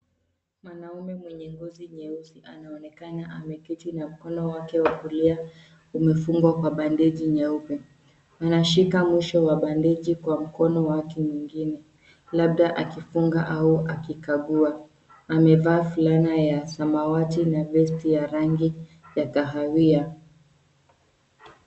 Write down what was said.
Mwanamume mwenye ngozi nyeusi anaonekana ameketi na mkono wake wa kulia umefungwa kwa bandeji nyeupe. Anashika mwisho wa bandeji kwa mkono wake mwingine labda akifunga au akikagua. Amevaa fulana ya samawati na vesti ya rangi ya kahawia.